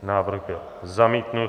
Návrh byl zamítnut.